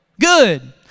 good